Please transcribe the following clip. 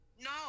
No